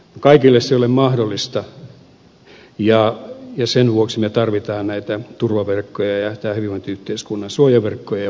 kaikille se ei ole mahdollista ja sen vuoksi me tarvitsemme näitä turvaverkkoja ja tämän hyvinvointiyhteiskunnan suojaverkkoja ja palveluja